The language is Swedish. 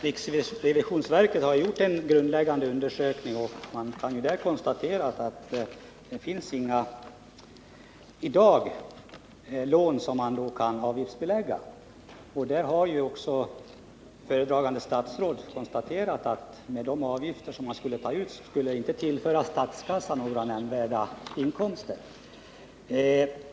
Riksrevisionsverket har emellertid gjort en grundläggande undersökning och funnit att det f. n. inte finns några lån som man kan avgiftsbelägga. Föredragande statsrådet har också konstaterat att de avgifter som man skulle kunna ta ut inte skulle tillföra statskassan några nämnvärda inkomster.